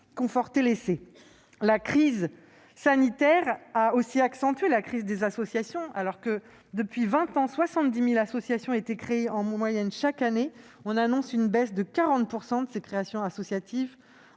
La crise sanitaire a aussi accentué la crise des associations : alors que, depuis vingt ans, 70 000 associations étaient créées en moyenne chaque année, on annonce une baisse de 40 % en 2020. Les adhésions